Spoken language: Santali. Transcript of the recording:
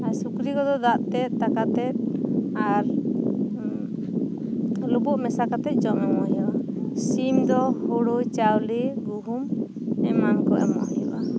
ᱟᱨ ᱥᱩᱠᱨᱤ ᱠᱚᱫᱚ ᱫᱟᱜ ᱛᱮᱫ ᱫᱟᱠᱟ ᱛᱮᱫ ᱟᱨ ᱞᱩᱵᱩᱜ ᱢᱮᱥᱟ ᱠᱟᱛᱮᱫ ᱡᱚᱢ ᱮᱢᱚᱜ ᱦᱩᱭᱩᱜ ᱼᱟ ᱥᱤᱢ ᱫᱚ ᱦᱳᱲᱳ ᱪᱟᱣᱞᱤ ᱜᱩᱦᱩᱢ ᱮᱢᱟᱱ ᱠᱚ ᱮᱢᱚᱜ ᱦᱩᱭᱩᱜᱼᱟ